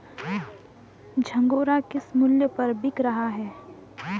झंगोरा किस मूल्य पर बिक रहा है?